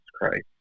Christ